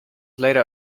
later